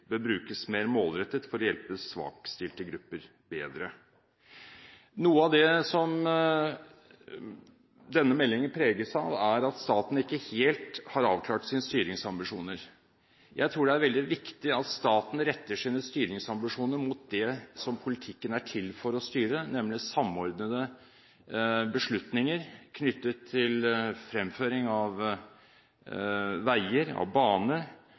bør brukes mer målrettet for å hjelpe svakstilte grupper bedre. Noe av det som denne meldingen preges av, er at staten ikke helt har avklart sine styringsambisjoner. Jeg tror det er veldig viktig at staten retter sine styringsambisjoner mot det som politikken er til for å styre, nemlig samordnede beslutninger knyttet til fremføring av veier, av bane,